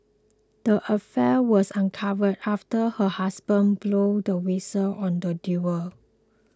the affair was uncovered after her husband blew the whistle on the duo